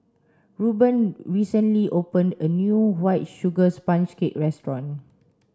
Reuben recently opened a new white sugar sponge cake restaurant